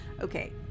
Okay